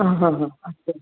आ हा हा अस्तु